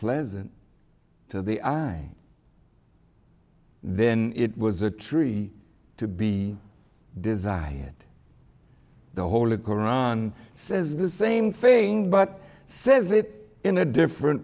pleasant to the eyes then it was a tree to be desired the holy koran says the same thing but says it in a different